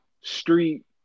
street